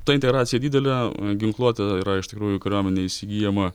ta integracija didelė ginkluota yra iš tikrųjų kariuomenė įsigyjama